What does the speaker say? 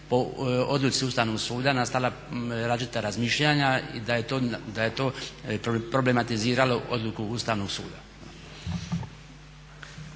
po odluci Ustavnog suda nastala različita razmišljanja i da je to problematiziralo odluku Ustavnog suda.